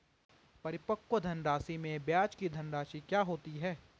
परिपक्व धनराशि में ब्याज की धनराशि क्या होती है?